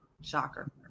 shocker